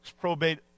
probate